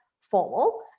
formal